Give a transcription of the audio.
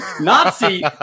Nazi